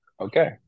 okay